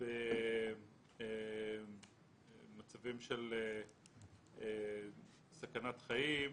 במצבים של סכנת חיים,